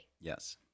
Yes